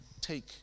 take